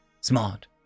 Smart